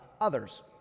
others